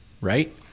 right